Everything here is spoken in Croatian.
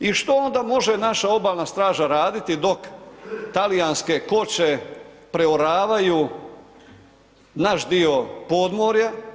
I što onda može naša obalna strana raditi dok talijanske koče preoravaju naš dio podmorja.